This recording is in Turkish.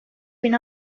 bin